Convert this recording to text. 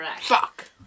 Fuck